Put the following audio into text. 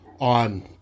on